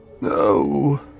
No